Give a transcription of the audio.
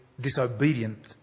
Disobedient